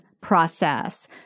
process